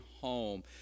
home